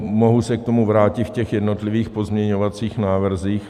Mohu se k tomu vrátit v těch jednotlivých pozměňovacích návrzích.